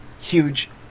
huge